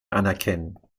anerkennen